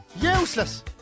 Useless